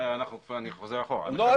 אני חוזר אחורה --- לא,